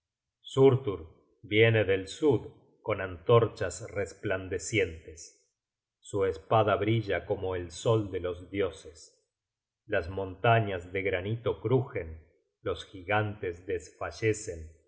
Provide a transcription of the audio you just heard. surtur viene del sud con antorchas resplandecientes su espada brilla como el sol de los dioses las montañas de granito crugen los gigantes desfallecen